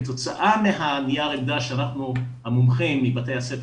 כתוצאה מנייר העמדה שאנחנו המומחים מבתי הספר